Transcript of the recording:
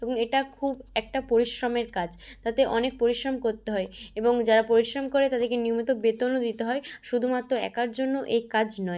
এবং এটা খুব একটা পরিশ্রমের কাজ তাতে অনেক পরিশ্রম করতে হয় এবং যারা পরিশ্রম করে তাদেরকে নিয়মিত বেতনও দিতে হয় শুধুমাত্র একার জন্য এ কাজ নয়